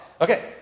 Okay